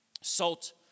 Salt